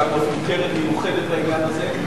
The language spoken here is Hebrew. הקמנו אפילו קרן מיוחדת לעניין הזה.